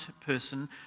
person